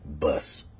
bus